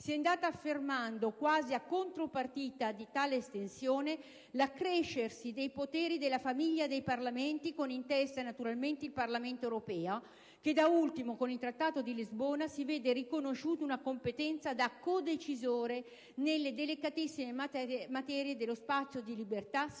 si è andata affermando, quasi a contropartita di tale estensione, l'accrescersi dei poteri della famiglia dei Parlamenti, con in testa naturalmente il Parlamento europeo, che da ultimo con il Trattato di Lisbona si vede riconosciuta una competenza da codecisore nelle delicatissime materie dello spazio di libertà,